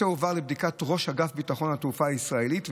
הועבר לבדיקת ראש אגף ביטחון התעופה הישראלית,